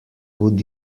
would